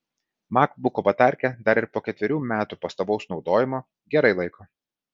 makbuko batarkė dar ir po ketverių metų pastovaus naudojimo gerai laiko